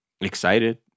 excited